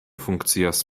funkcias